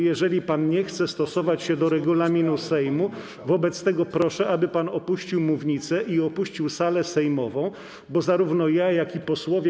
Jeżeli pan nie chce stosować się do regulaminu Sejmu, wobec tego proszę, aby pan opuścił mównicę i opuścił salę sejmową, bo zarówno ja, jak i posłowie.